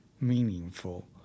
meaningful